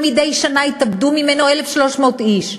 שמדי שנה התאבדו בקפיצה ממנו 1,300 איש.